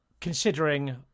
Considering